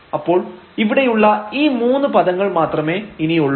അപ്പോൾ ഇവിടെയുള്ള ഈ മൂന്നു പദങ്ങൾ മാത്രമേ ഇനി ഉള്ളൂ